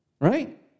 Right